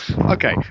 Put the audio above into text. Okay